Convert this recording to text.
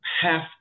half